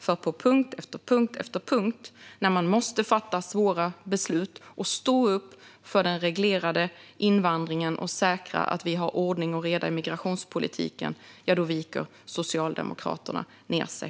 För på punkt efter punkt, när man måste fatta svåra beslut, stå upp för den reglerade invandringen och säkra att vi har ordning och reda i migrationspolitiken, viker Socialdemokraterna ned sig.